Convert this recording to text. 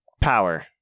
Power